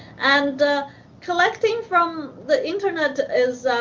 and collecting from the internet is,